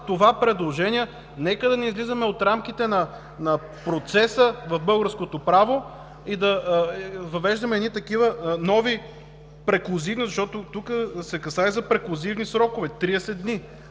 и предложението. Нека да не излизаме от рамките на процеса в българското право и да въвеждаме такива нови преклузивно, защото тук се касае за преклузивни срокове – 30 дни.